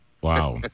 Wow